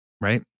right